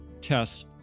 tests